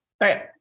right